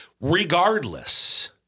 Regardless